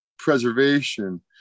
Preservation